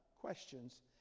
questions